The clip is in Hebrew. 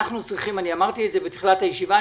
אני אמרתי את זה בתחילת הישיבה,